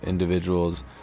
individuals